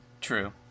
true